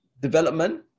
development